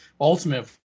ultimate